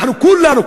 אנחנו כולנו,